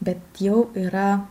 bet jau yra